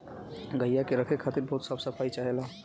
गइया के रखे खातिर बहुत साफ सफाई चाहेला